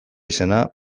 izena